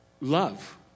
Love